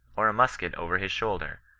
or a musket over his shoulder,